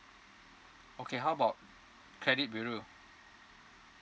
okay how about credit bureau